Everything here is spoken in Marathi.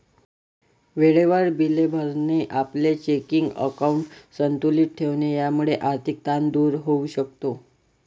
वेळेवर बिले भरणे, आपले चेकिंग अकाउंट संतुलित ठेवणे यामुळे आर्थिक ताण दूर होऊ शकतो